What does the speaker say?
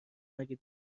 اگه